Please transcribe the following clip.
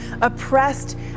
oppressed